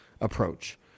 approach